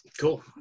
Cool